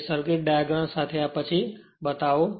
તે circuit diagram સાથે પછી બતાવો